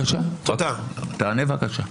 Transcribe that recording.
תענה, בבקשה.